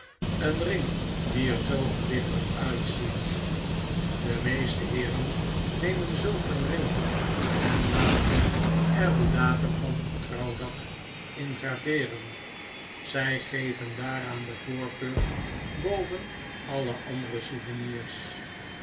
een ring die er zoo gewichtig uitziet de meeste heeren nemen zulk een ring en laten er den datura van hun trouwdag in graveeren zg geven daaraan de voorkeur boven alle andere souvenirs